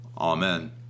Amen